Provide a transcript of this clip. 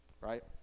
Right